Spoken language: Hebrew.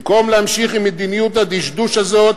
במקום להמשיך עם מדיניות הדשדוש הזאת,